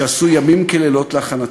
שעשו ימים ולילות להכנתו.